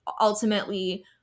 ultimately